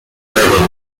thermometer